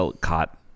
caught